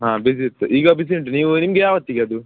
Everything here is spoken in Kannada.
ಹಾಂ ಬಿಸಿ ಇತ್ತು ಈಗ ಬಿಸಿ ಉಂಟು ನೀವು ನಿಮ್ಗೆ ಯಾವತ್ತಿಗದು